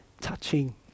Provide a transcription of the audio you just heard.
touching